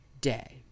day